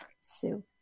Sue